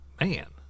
man